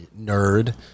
nerd